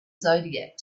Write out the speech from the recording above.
zodiac